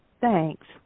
Thanks